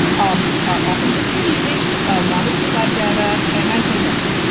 um are often disbelieving want to see live data. and i say, look.